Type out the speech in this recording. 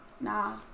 Nah